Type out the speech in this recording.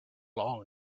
long